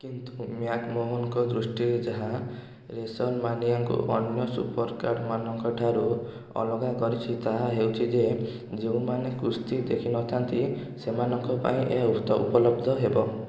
କିନ୍ତୁ ମ୍ୟାକମାହୋନଙ୍କ ଦୃଷ୍ଟିରେ ଯାହା ରେସନମାନିଆକୁ ଅନ୍ୟ ସୁପରକାର୍ଡ଼ ମାନଙ୍କଠାରୁ ଅଲଗା କରିଛି ତାହା ହେଉଛି ଯେ ଯେଉଁମାନେ କୁସ୍ତି ଦେଖିନଥାନ୍ତି ସେମାନଙ୍କ ପାଇଁ ଏହା ଉପଲବ୍ଧ ହେବ